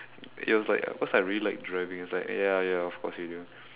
he was like cause I really like driving I was like ya ya of course you do